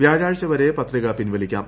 വ്യാഴാഴ്ച വരെ പത്രിക പിൻവലിക്കാം